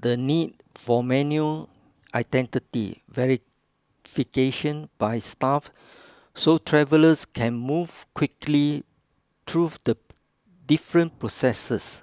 the need for manual identity verification by staff so travellers can move quickly through the different processes